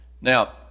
Now